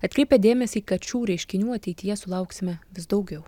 atkreipia dėmesį kad šių reiškinių ateityje sulauksime vis daugiau